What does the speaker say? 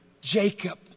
Jacob